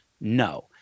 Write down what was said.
No